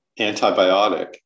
antibiotic